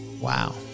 Wow